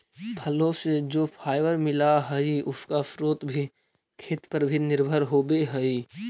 फल से जो फाइबर मिला हई, उसका स्रोत भी खेत पर ही निर्भर होवे हई